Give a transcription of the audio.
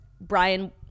Brian